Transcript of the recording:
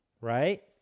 right